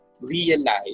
realize